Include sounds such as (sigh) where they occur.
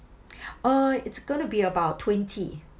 (breath) uh it's gonna be about twenty